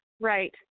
Right